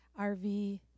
RV